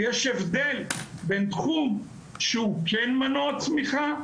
יש הבדל בין תחום שהוא כן מנוע צמיחה,